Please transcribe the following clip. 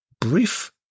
brief